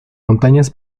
montañas